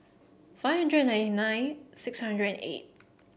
five hundred and ninety nine six hundred and eight